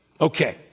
Okay